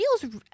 feels